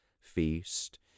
feast